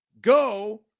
go